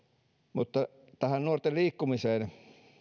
nuorten liikkumiseen